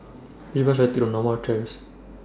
Which Bus should I Take to Norma Terrace